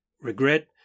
regret